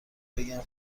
بگم